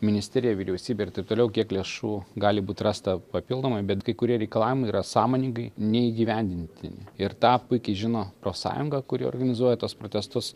ministerija vyriausybei ir taip toliau kiek lėšų gali būti rasta papildomai bet kai kurie reikalavimai yra sąmoningai neįgyvendintini ir tą puikiai žino profsąjunga kuri organizuoja tuos protestus